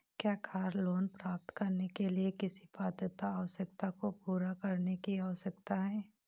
क्या car loan प्राप्त करने के लिए किसी पात्रता आवश्यकता को पूरा करने की आवश्यकता है?